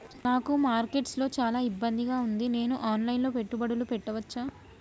నాకు మార్కెట్స్ లో చాలా ఇబ్బందిగా ఉంది, నేను ఆన్ లైన్ లో పెట్టుబడులు పెట్టవచ్చా?